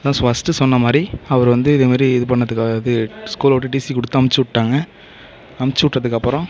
நான் ஃபஸ்ட்டு சொன்ன மாதிரி அவரு வந்து இதே மாதிரி இது பண்ணத்துக்கு அதாவது ஸ்கூலை விட்டு டிசி கொடுத்து அமுச்சு விட்டாங்க அமுச்சு விட்டதுக்கு அப்புறம்